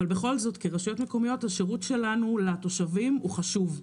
אבל בכל זאת כרשויות מקומיות השירות שלנו לתושבים הוא חשוב.